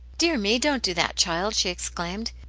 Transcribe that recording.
dear me, don't do that, child! she exclaimed.